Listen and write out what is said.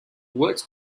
works